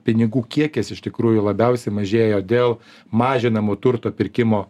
pinigų kiekis iš tikrųjų labiausiai mažėjo dėl mažinamų turto pirkimo